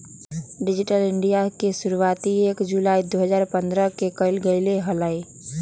digital India के शुरुआती एक जुलाई दु हजार पन्द्रह के कइल गैले हलय